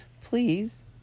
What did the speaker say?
please